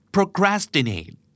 Procrastinate